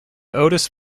otis